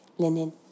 linen